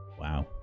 Wow